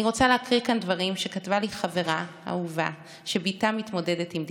אני רוצה להקריא כאן דברים שכתבה לי חברה אהובה שבתה מתמודדת עם דיכאון: